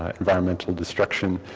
ah environmental destruction.